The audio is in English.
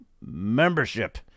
membership